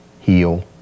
heal